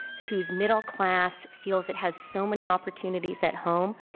whose middle class feels it has so many opportunities at home.